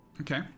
Okay